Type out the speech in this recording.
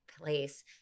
place